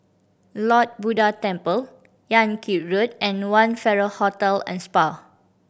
Lord Buddha Temple Yan Kit Road and One Farrer Hotel and Spa